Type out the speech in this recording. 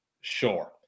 sure